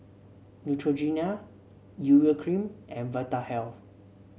Neutrogena Urea Cream and Vitahealth